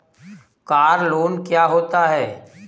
Car loan क्या होता है?